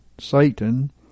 Satan